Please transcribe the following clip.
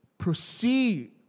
proceed